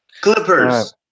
clippers